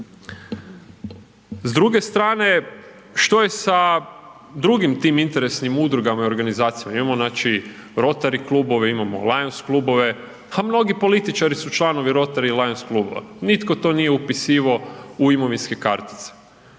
S druge strane što je sa drugim tim interesnim udrugama i organizacijama imao znači Rotary klubove, imamo Lions klubove, a mnogi političari su članovi Rotary i Lions klubova nitko to nije upisivao u imovinske kartice.